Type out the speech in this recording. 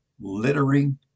littering